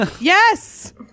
Yes